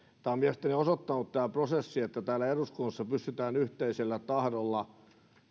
on mielestäni osoittanut että täällä eduskunnassa pystytään yhteisellä tahdolla kun